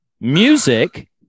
music